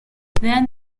then